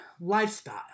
lifestyle